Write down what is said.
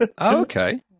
Okay